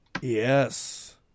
Yes